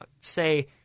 say